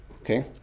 Okay